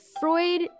Freud